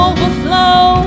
Overflow